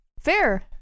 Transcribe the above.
Fair